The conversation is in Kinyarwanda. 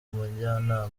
umujyanama